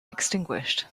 extinguished